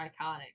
iconic